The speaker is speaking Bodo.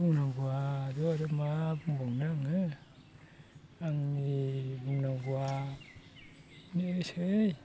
बुंनांगौआ आरो मा बुंबावनो आङो आंनि बुंनांगौआ बेनोसै